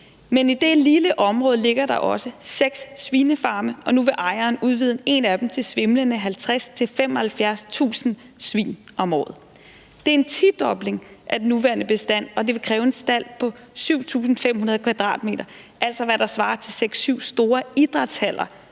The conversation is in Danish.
men i det lille område ligger der også seks svinefarme, og nu vil ejeren udvide en af dem til svimlende 50.000-75.000 svin om året. Det er en tidobling af den nuværende bestand, og det vil kræve en stald på 7.500 m², altså hvad der svarer til seks, syv store idrætshaller